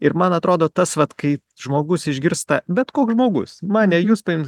ir man atrodo tas vat kai žmogus išgirsta bet koks žmogus mane jus ten